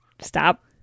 Stop